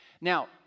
Now